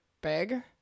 big